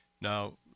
Now